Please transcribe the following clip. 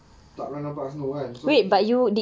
tak pernah nampak snow kan so